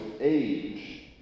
age